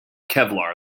kevlar